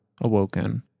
awoken